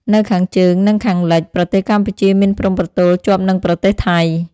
នៅខាងជើង និងខាងលិច ប្រទេសកម្ពុជាមានព្រំប្រទល់ជាប់នឹងប្រទេសថៃ។